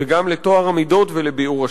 וגם לטוהר המידות ולביעור השחיתות.